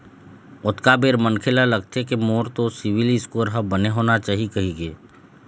ओतका बेर मनखे ल लगथे के मोर तो सिविल स्कोर ह बने होना चाही कहिके